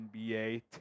NBA